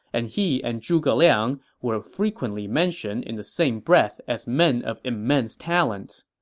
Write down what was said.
and he and zhuge liang were frequently mentioned in the same breath as men of immense talents.